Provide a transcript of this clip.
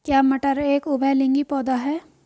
क्या मटर एक उभयलिंगी पौधा है?